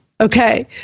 Okay